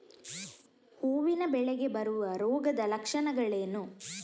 ಹೂವಿನ ಬೆಳೆಗೆ ಬರುವ ರೋಗದ ಲಕ್ಷಣಗಳೇನು?